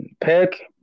pick